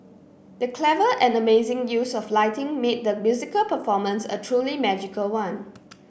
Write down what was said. the clever and amazing use of lighting made the musical performance a truly magical one